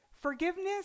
forgiveness